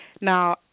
Now